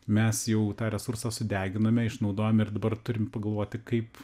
mes jau tą resursą sudeginame išnaudojame ir dabar turim pagalvoti kaip